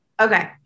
okay